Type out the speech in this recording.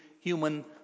human